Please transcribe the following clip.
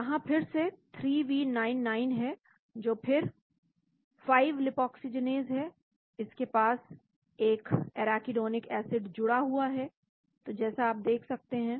यहां फिर से 3V99 है जो फिर 5 लीपाक्सीजीनेस है इसके पास एक एराकीडोनिक एसिड जुड़ा हुआ है तो जैसा आप देख सकते हैं